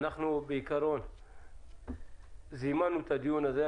זימנו את הדיון הזה.